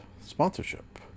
sponsorship